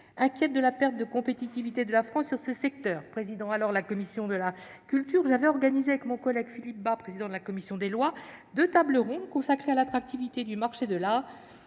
inquiète de la perte de compétitivité de la France dans ce secteur. En tant que présidente de la commission de la culture, j'avais alors organisé avec mon collègue Philippe Bas, président de la commission des lois, deux tables rondes consacrées à l'attractivité du marché de l'art